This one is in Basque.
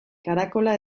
karakola